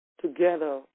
together